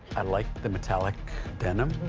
i like the metallic denim,